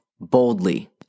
boldly